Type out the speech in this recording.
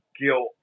guilt